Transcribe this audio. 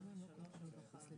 אנשים לא רוצים לעבוד כחצי נהג.